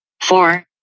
four